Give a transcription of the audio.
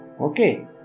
okay